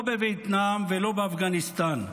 לא בווייטנאם ולא באפגניסטאן.